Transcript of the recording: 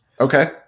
Okay